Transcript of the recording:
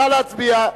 נא להצביע.